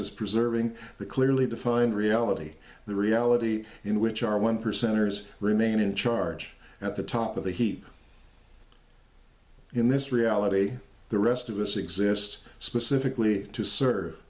is preserving the clearly defined reality the reality in which our one percenters remain in charge at the top of the heap in this reality the rest of us exists specifically to serve